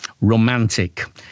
romantic